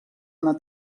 anar